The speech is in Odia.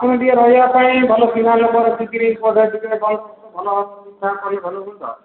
ଆପଣଙ୍କୁ ଟିକେ ରହିବା ପାଇଁ ଭଲ ଚିହ୍ନା ଲୋକ ରଖିକିରି ଭଲ